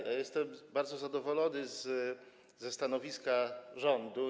Ja jestem bardzo zadowolony ze stanowiska rządu.